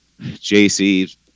JC